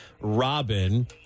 Robin